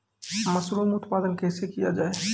Mushroom उत्पादन कैसे किया जाय?